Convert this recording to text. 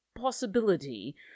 possibility